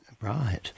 Right